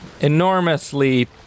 enormously